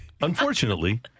unfortunately